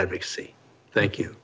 advocacy thank you